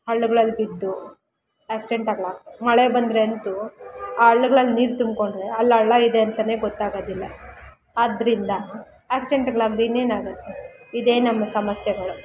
ಹಳ್ಳಗಳಲ್ಲಿ ಬಿದ್ದು ಆಕ್ಸಿಡೆಂಟಲ್ಲ ಮಳೆ ಬಂದರೆ ಅಂತೂ ಆ ಹಳ್ಳಗಳಲ್ಲಿ ನೀರು ತುಂಬ್ಕೊಂಡ್ರೆ ಅಲ್ಲಿ ಹಳ್ಳ ಇದೆ ಅಂತಾನೆ ಗೊತ್ತಾಗೋದಿಲ್ಲ ಆದ್ದರಿಂದ ಆಕ್ಸಿಡೆಂಟ್ಗಳಾಗದೇ ಇನ್ನೇನಾಗುತ್ತೆ ಇದೇ ನಮ್ಮ ಸಮಸ್ಯೆಗಳು